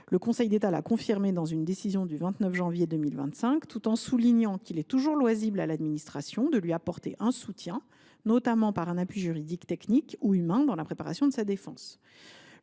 Le Conseil d’État l’a confirmé dans une décision du 29 janvier 2025, tout en soulignant qu’« il est toujours loisible à l’administration de lui apporter un soutien, notamment par un appui juridique, technique ou humain dans la préparation de sa défense ».